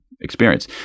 experience